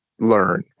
learn